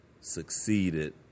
succeeded